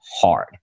hard